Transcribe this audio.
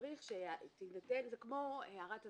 צריך --- על זה כמו הערת אזהרה.